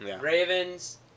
Ravens